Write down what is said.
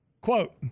quote